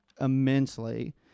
immensely